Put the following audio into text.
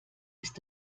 ist